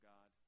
God